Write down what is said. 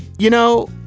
you know